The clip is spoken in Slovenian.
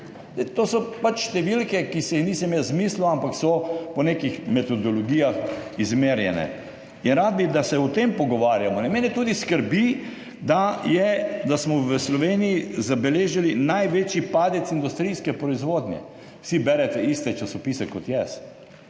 To so pač številke, ki si jih nisem jaz izmislil, ampak so izmerjene po nekih metodologijah. Rad bi, da se o tem pogovarjamo. Mene tudi skrbi, da smo v Sloveniji zabeležili največji padec industrijske proizvodnje. Vsi berete iste časopise kot jaz.